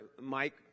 Mike